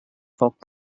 foc